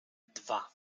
dwa